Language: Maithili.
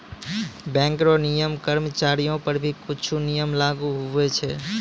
बैंक रो नियम कर्मचारीयो पर भी कुछु नियम लागू हुवै छै